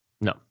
No